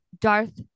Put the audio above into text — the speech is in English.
darth